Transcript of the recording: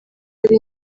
hari